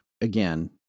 Again